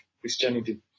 Christianity